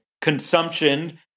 consumption